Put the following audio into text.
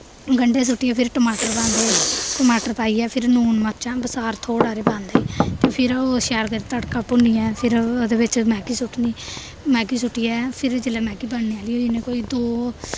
गंढे सु'ट्टियै फिर टमाटर पांदे टमाटर पाइयै फिर लून मर्चां बसार थोह्ड़े हारे पांदे ते फिर ओह् शैल करी तड़का भुन्नियै फिर ओह्दे बिच्च मैग्गी सु'ट्टनी मैग्गी सु'ट्टियै फिर जिल्लै मैग्गी बनने आह्ली होई जानी कोई दो